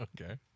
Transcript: Okay